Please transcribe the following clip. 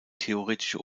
theoretische